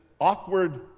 awkward